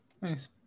Nice